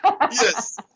yes